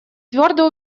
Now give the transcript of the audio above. твердо